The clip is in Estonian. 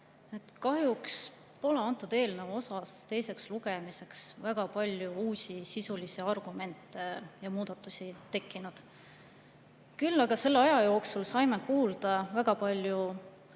Kahjuks pole selle eelnõu kohta teiseks lugemiseks väga palju uusi sisulisi argumente ja muudatusi tekkinud. Küll aga selle aja jooksul saime kuulda väga palju